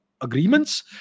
agreements